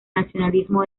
nacionalismo